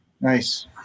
Nice